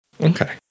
Okay